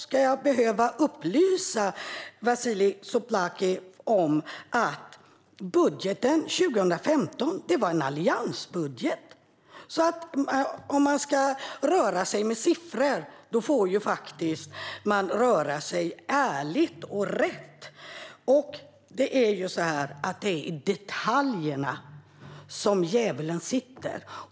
Ska jag behöva upplysa Vasiliki Tsouplaki om att budgeten 2015 var en alliansbudget? Om man ska röra sig med siffror får man faktiskt röra sig ärligt och rätt. Det är i detaljerna som djävulen sitter.